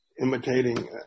imitating